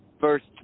first